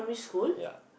ya